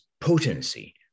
potency